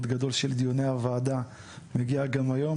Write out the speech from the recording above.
גדול של דיוני הוועדה והגיע גם היום,